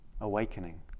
awakening